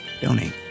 donate